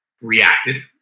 reacted